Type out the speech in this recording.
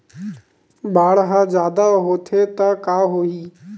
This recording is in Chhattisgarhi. बाढ़ ह जादा होथे त का होही?